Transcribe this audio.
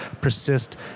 persist